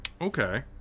Okay